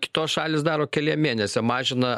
kitos šalys daro keliem mėnesiam mažina